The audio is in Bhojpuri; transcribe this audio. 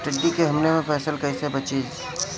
टिड्डी के हमले से फसल कइसे बची?